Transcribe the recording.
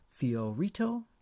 Fiorito